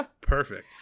perfect